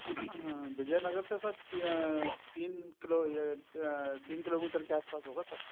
विजय नगर से सर तीन किलो ये तीन किलोमीटर के आस पास होगा सर